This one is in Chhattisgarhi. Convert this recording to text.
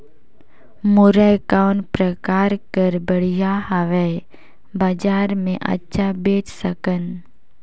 मुरई कौन प्रकार कर बढ़िया हवय? बजार मे अच्छा बेच सकन